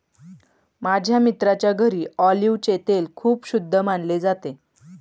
माझ्या मित्राच्या घरी ऑलिव्हचे तेल खूप शुद्ध मानले जाते